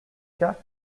cas